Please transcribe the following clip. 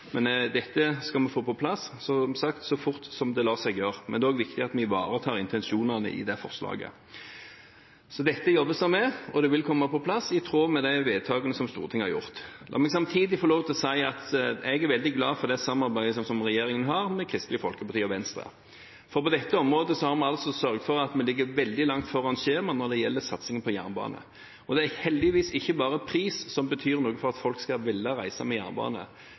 men dette skal vi som sagt få på plass så fort som det lar seg gjøre. Men det er også viktig at vi ivaretar intensjonene i det forslaget. Så dette jobbes det med, og det vil komme på plass, i tråd med de vedtakene som Stortinget har gjort. La meg samtidig få lov til å si at jeg er veldig glad for det samarbeidet regjeringen har med Kristelig Folkeparti og Venstre, for på dette området har vi sørget for at vi ligger veldig langt foran skjemaet når det gjelder satsingen på jernbane. Det er heldigvis ikke bare pris som betyr noe for at folk skal ville reise med jernbane.